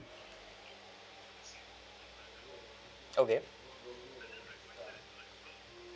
okay